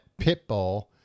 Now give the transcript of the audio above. Pitbull